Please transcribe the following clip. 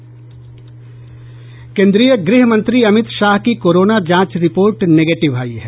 केंद्रीय गृहमंत्री अमित शाह की कोरोना जांच रिपोर्ट नेगेटिव आयी है